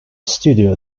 studio